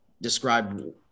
describe